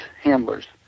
handlers